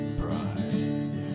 pride